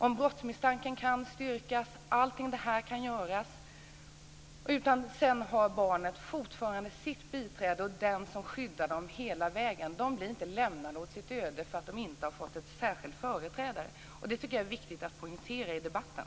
Om brottsmisstanken kan styrkas och allt det här kan göras har barnen fortfarande sina biträden som skyddar dem hela vägen. De blir inte lämnade åt sitt öde för att de inte har fått en särskild företrädare. Det tycker jag är viktigt att poängtera i debatten.